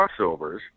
crossovers